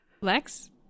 Lex